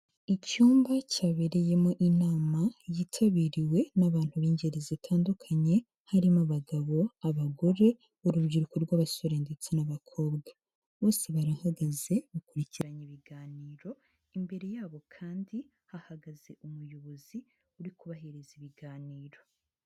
Icyumba cyabereyemo inama, yitabiriwe n'abantu b'ingeri zitandukanye, harimo abagabo, abagore, urubyiruko rw'abasore ndetse n'abakobwa. Bose barahagaze bakurikiranye ibiganiro, imbere yabo kandi hahagaze umuyobozi uri kubahereza ibiganiro.